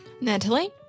natalie